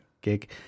gig